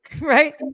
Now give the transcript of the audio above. right